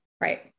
Right